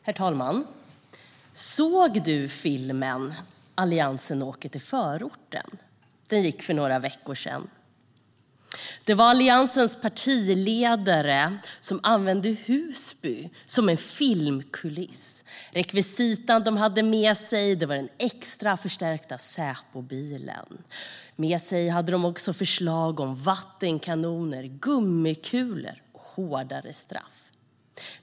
Herr talman! Såg du filmen Alliansen åker till förorten ? Den gick för några veckor sedan, och det var Alliansens partiledare som använde Husby som filmkuliss. Rekvisitan de hade med sig var den extra förstärkta säpobilen. Med sig hade de även förslag om vattenkanoner, gummikulor och hårdare straff.